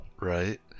Right